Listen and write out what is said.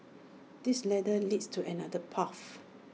this ladder leads to another path